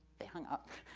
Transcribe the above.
they hung up.